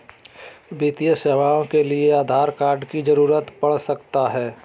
वित्तीय सेवाओं के लिए आधार कार्ड की जरूरत पड़ सकता है?